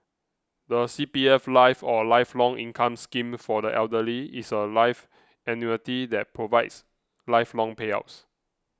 the C P F life or Lifelong Income Scheme for the Elderly is a life annuity that provides lifelong payouts